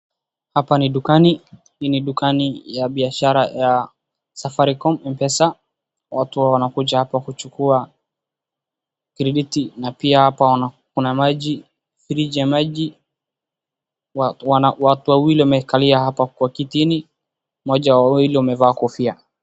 Hapa ni dukani. Hii ni dukani ya biashara ya Safaricom M-Pesa. Watu wanakuja hapa kuchukua credit na pia hapa kuna maji, fiji ya maji. Watu wawili wamekaliya hapa kwa kitini. Mmoja wa wawili wamevaa kofia.